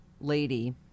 lady